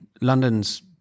London's